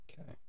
Okay